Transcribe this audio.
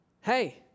hey